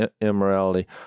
immorality